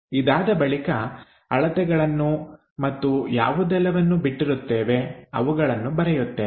ಇದಾದ ಬಳಿಕ ಅಳತೆಗಳನ್ನು ಮತ್ತು ಯಾವುದೆಲ್ಲವನ್ನ ಬಿಟ್ಟಿರುತ್ತೇವೆ ಅವುಗಳನ್ನು ಬರೆಯುತ್ತೇವೆ